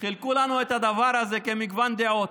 וחילקו לנו את הדבר הזה כמגוון דעות.